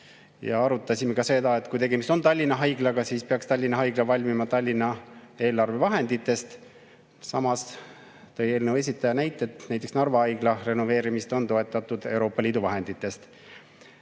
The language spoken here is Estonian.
Arutasime ka seda, et kui tegemist on Tallinna Haiglaga, siis peaks Tallinna Haigla valmima Tallinna eelarvevahenditest. Eelnõu esitaja [esindaja] tõi näiteks, et Narva Haigla renoveerimist on toetatud Euroopa Liidu vahenditest.